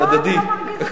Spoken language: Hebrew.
זה הדדי.